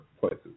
places